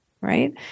right